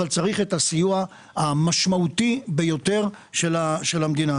אבל צריך את הסיוע המשמעותי ביותר של המדינה.